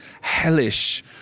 hellish